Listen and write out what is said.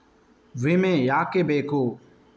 ವಿಮೆ ಯಾಕೆ ಬೇಕು?